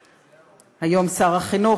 היום שר החינוך,